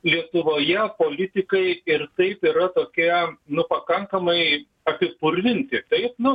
lietuvoje politikai ir taip yra tokie nu pakankamai apipurvinti taip nu